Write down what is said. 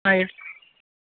ಹಾಂ ಹೇಳಿ